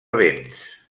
vents